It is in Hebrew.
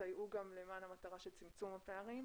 שיסייעו גם למען המטרה של צמצום הפערים.